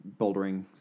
bouldering